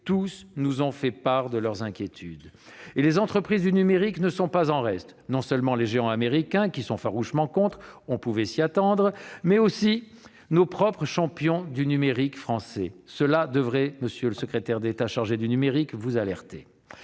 tous nous ont fait part de leurs inquiétudes ! Les entreprises du numérique ne sont pas en reste : non seulement les géants américains, qui sont farouchement contre- on pouvait s'y attendre !-, mais aussi nos propres champions français du numérique- cela devrait vous alerter, monsieur le secrétaire d'État chargé du numérique ! Hier